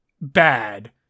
bad